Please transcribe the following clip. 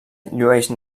llueix